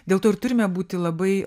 dėl to ir turime būti labai